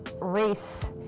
race